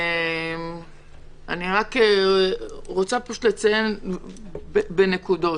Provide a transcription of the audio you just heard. אני רוצה לציין בנקודות.